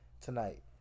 tonight